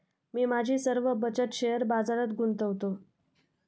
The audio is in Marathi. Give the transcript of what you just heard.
मी माझी सर्व बचत शेअर बाजारात गुंतवतो